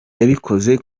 yabikoze